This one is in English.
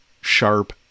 sharp